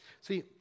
See